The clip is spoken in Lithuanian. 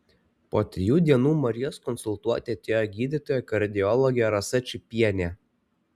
po trijų dienų marijos konsultuoti atėjo gydytoja kardiologė rasa čypienė